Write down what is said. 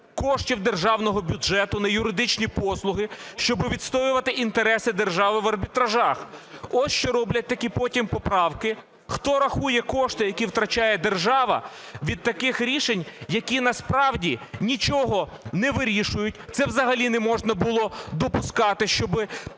коштів державного бюджету на юридичні послуги, щоби відстоювати інтереси держави в арбітражах. Ось, що роблять такі потім поправки. Хто рахує кошти, які втрачає держава від таких рішень, які насправді нічого не вирішують, це взагалі не можна було допускати, щоби